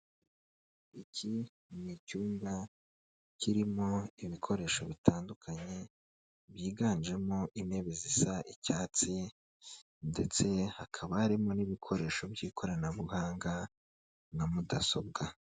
Iki n'icyumba kirimo ibikoresho bitandukanye, byiganjemo intebe zisa icyatsi ndetse hakaba harimo n'ibikoresho by'ikoranabuhanga nka mudasobwa.